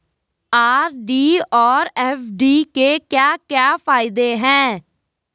RD और FD के क्या क्या फायदे हैं?